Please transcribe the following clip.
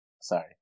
sorry